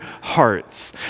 hearts